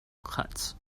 cuts